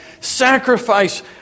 sacrifice